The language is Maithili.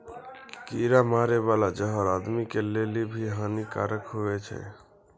कीड़ा मारै बाला जहर आदमी के लेली भी हानि कारक हुवै छै